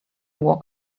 walk